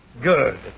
Good